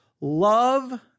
love